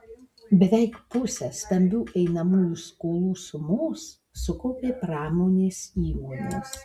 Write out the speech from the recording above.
beveik pusę stambių einamųjų skolų sumos sukaupė pramonės įmonės